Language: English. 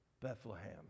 Bethlehem